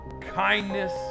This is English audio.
kindness